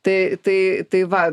tai tai tai va